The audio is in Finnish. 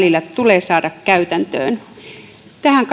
välillä tulee saada käytäntöön tähän